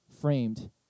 framed